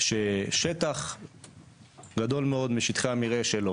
ששטח גדול מאד משטחי המרעה שלו,